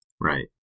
Right